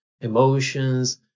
emotions